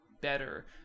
better